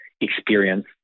experience